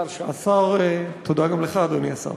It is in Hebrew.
השר, תודה גם לך, אדוני השר.